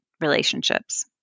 relationships